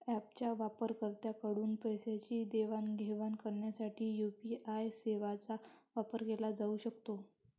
ऍपच्या वापरकर्त्यांकडून पैशांची देवाणघेवाण करण्यासाठी यू.पी.आय सेवांचा वापर केला जाऊ शकतो